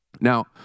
Now